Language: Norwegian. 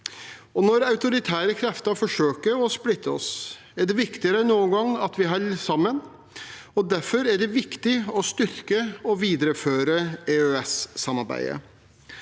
Når autoritære krefter forsøker å splitte oss, er det viktigere enn noen gang at vi holder sammen. Derfor er det viktig å styrke og videreføre EØS-samarbeidet.